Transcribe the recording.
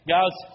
Guys